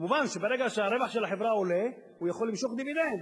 מובן שברגע שהרווח של החברה עולה הוא יכול למשוך דיבידנד,